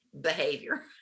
behavior